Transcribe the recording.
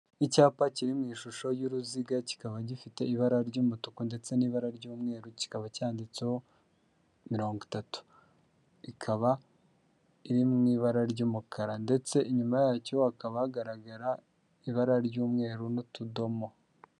Icyapa kiri mu ishusho y'uruziga kikaba gifite ibara ry'umutuku ndetse n'ibara ry'umweru kikaba cyanditseho mirongo itatu ikaba iri m'ibara ry'umukara ndetse inyuma yacyo hakaba hagaragara ibara ry'umweru n'utudomo.